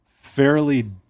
fairly